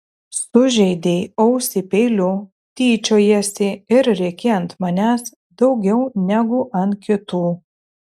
sužeidei ausį peiliu tyčiojiesi ir rėki ant manęs daugiau negu ant kitų